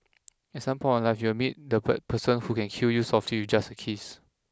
at some point you will meet that per person who can kill you softly just a kiss